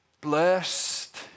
Blessed